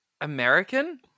American